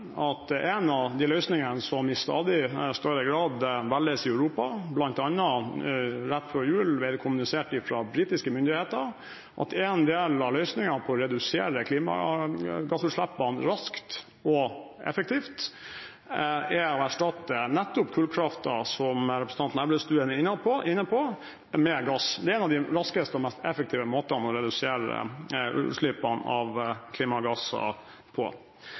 at en del av løsningen for å redusere klimagassutslippene raskt og effektivt som i stadig større grad velges i Europa, og som bl.a. ble kommunisert fra britiske myndigheter rett før jul, er å erstatte nettopp kullkraften, som representanten Elvestuen er inne på, med gass. Det er en av de raskeste og mest effektive måtene å redusere utslippene av klimagasser på.